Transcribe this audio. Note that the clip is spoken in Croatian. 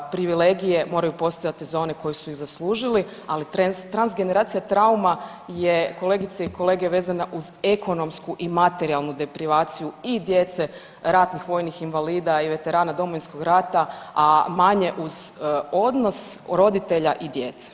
Privilegije moraju postojati za one koji su ih zaslužili, ali transgeneracija trauma je, kolegice i kolege vezana uz ekonomsku i materijalnu deprivaciju i djece ratnih vojnih invalida i veterana Domovinskog rata, a manje uz odnos roditelja i djece.